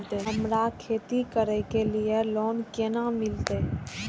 हमरा खेती करे के लिए लोन केना मिलते?